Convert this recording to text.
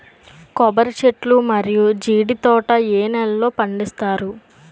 కొబ్బరి చెట్లు మరియు జీడీ తోట ఏ నేలల్లో పండిస్తారు?